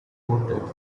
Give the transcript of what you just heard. motive